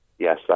Yes